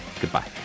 Goodbye